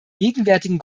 gegenwärtigen